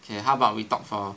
okay how about we talk for err